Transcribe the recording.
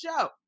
show